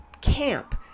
camp